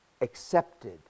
accepted